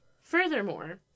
Furthermore